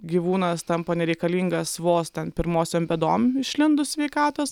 gyvūnas tampa nereikalingas vos ten pirmosiom bėdom išlindus sveikatos